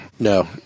No